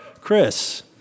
Chris